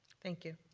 thank you.